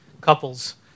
couples